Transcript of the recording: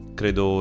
credo